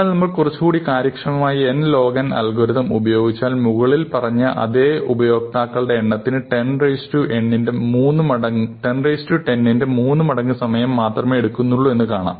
എന്നാൽ നമ്മൾ കുറച്ചുകൂടി കാര്യക്ഷമമായ n log n അൽഗോരിതം ഉപയോഗിച്ചാൽ മുകളിൽ പറഞ്ഞ അതേ ഉപയോക്താക്കളുടെ എണ്ണത്തിന് 10 10 ന്റെ മൂന്നുമടങ്ങ് സമയം മാത്രമേ എടുക്കുന്നുള്ളൂ എന്നു കാണാം